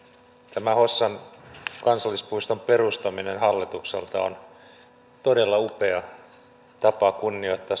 tämä hossan kansallispuiston perustaminen hallitukselta on todella upea tapa kunnioittaa